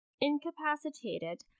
incapacitated